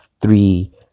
three